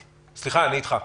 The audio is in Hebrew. סליחה, אני איתך.